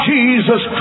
Jesus